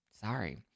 Sorry